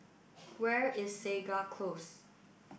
where is Segar Close